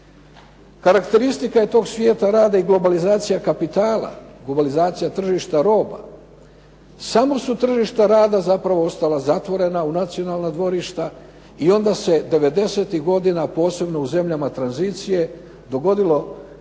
Karakteristika je tog svijeta rada i globalizacija kapitala, globalizacija tržišta roba. Samo su tržišta rada zapravo ostala zatvorena u nacionalna dvorišta i onda se devedesetih godina posebno u zemljama tranzicije dogodilo nešto